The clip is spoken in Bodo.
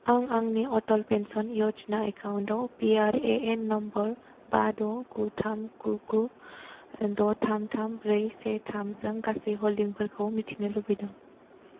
आं आंनि अटल पेन्सन य'जना एकाउन्टआव पिआरएएन नम्बर बा द' गु थाम द' गु द' थाम थाम ब्रै से थाम जों गासैबो हल्डिंफोरखौ मिथिनो लुबैदों